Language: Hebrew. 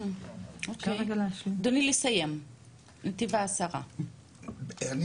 אוקי, אדוני מנתיב העשרה, לסיים.